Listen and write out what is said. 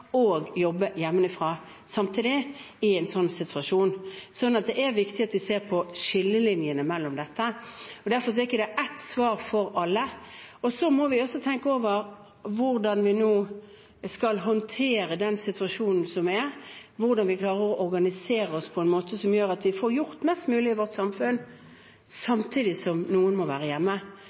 samtidig jobbe hjemmefra i en slik situasjon. Det er viktig at vi ser på skillelinjene her. Derfor er det ikke ett svar for alle. Vi må også tenke over hvordan vi nå skal håndtere den situasjonen som er, hvordan vi klarer å organisere oss på en måte som gjør at vi får gjort mest mulig i vårt samfunn samtidig som noen må være hjemme.